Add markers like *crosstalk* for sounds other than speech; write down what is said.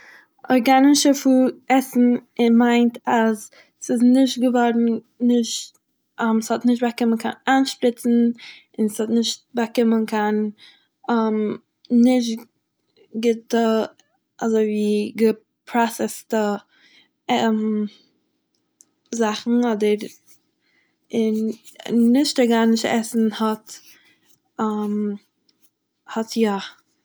ארגאנישע פוי- עסן מיינט אז ס'איז נישט געווארן נישט *hesitation* ס'האט נישט באקומען קיין איינשפריצן און ס'האט נישט באקומען קיין *hesitation* נישט גוטע אזוי ווי געפראסעסטע *hesitation* אים *hesitation* זאכן אדער און נישט ארגאנישע עסן האט *hesitation* האט יא.